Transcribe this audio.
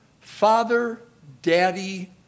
father-daddy